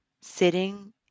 sitting